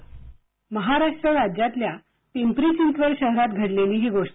script Maharashtra राज्यातल्या पिंपरी चिंचवड शहरात घडलेली ही गोष्ट